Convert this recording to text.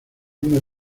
una